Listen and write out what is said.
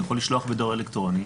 הוא יכול לשלוח בדואר אלקטרוני.